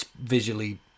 visually